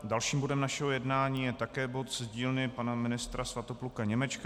Dalším bodem našeho jednání je také bod z dílny pana ministra Svatopluka Němečka.